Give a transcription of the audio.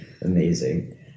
amazing